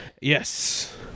Yes